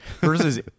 versus